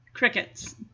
crickets